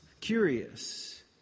curious